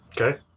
Okay